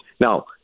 Now